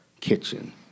Kitchen